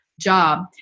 job